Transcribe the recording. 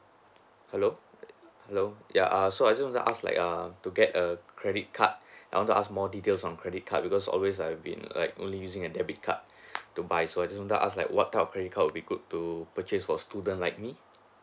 hello hello ya err so I just want to ask like um to get a credit card I want to ask more details on credit card because always I've been like only using a debit card to buy so I just want to ask like what type of credit card would be good to purchase for student like me